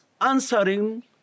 answering